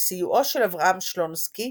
בסיועו של אברהם שלונסקי,